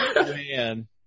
man